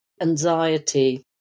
anxiety